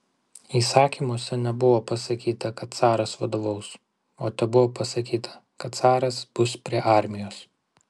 įsakymuose nebuvo pasakyta kad caras vadovaus o tebuvo pasakyta kad caras bus prie armijos